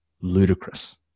ludicrous